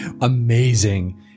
amazing